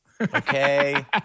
Okay